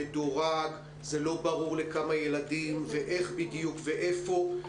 מדורג זה לא ברור לכמה ילדים ואיך בדיוק ואיפה.